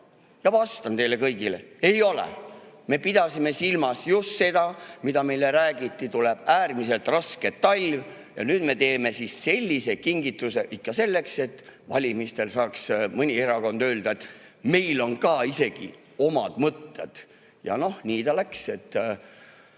Ja vastan teile kõigile: ei ole! Me pidasime silmas just seda, mida meile räägiti: tuleb äärmiselt raske talv. Ja nüüd me teeme siis sellise kingituse ikka selleks, et valimistel saaks mõni erakond öelda, et meil on ka isegi omad mõtted. Ja noh, nii ta läks.